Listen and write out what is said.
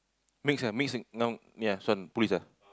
mix eh mix i~ now ya this one police ah